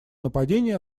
нападений